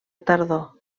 tardor